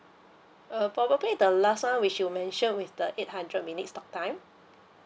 uh probably the last one which you mentioned with the eight hundred minutes talk time